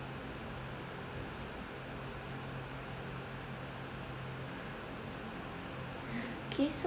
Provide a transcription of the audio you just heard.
yeah okay so